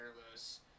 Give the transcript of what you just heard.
careless